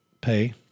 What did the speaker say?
pay